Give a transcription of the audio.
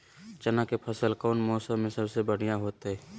चना के फसल कौन मौसम में सबसे बढ़िया होतय?